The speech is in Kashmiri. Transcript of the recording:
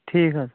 ٹھیٖک حظ